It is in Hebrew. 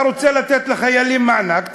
אתה רוצה לתת לחיילים מענק?